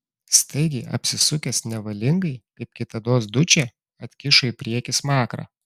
staigiai apsisukęs nevalingai kaip kitados dučė atkišo į priekį smakrą